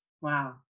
wow